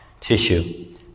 tissue